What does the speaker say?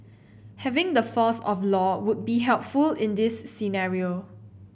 having the force of law would be helpful in this scenario